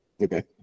Okay